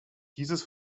dieses